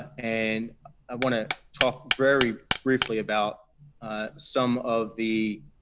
and i want to talk very briefly about some of the